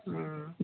हँ